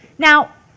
now